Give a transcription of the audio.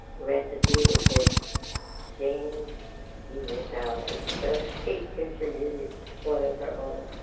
recipe it says jane's caesar salad. so she contributed one of her own.